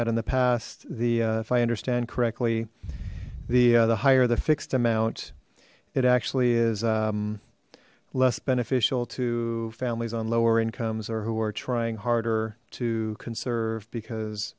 had in the past the if i understand correctly the the higher the fixed amount it actually is less beneficial to families on lower incomes or who are trying harder to conserve because